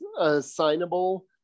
assignable